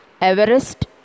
Everest